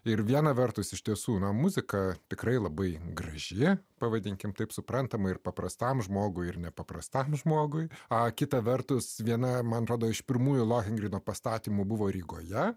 ir viena vertus iš tiesų muzika tikrai labai graži pavadinkime taip suprantama ir paprastam žmogui ir nepaprastam žmogui o kita vertus viena man atrodo iš pirmųjų lapų ingrida pastatymų buvo rygoje